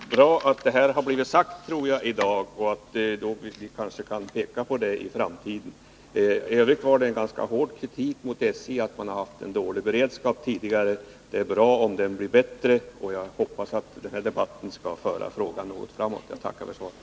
Herr talman! Jag tror att det är bra att detta har blivit sagt här i dag. Vi kanske kan peka på det i framtiden. I övrigt var det en ganska hård kritik mot SJ för att man där haft dålig beredskap tidigare. Det är bra om den blir bättre. Jag hoppas att den här debatten skall föra frågan framåt. Jag tackar än en gång för svaret.